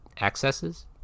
accesses